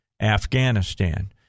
Afghanistan